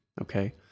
okay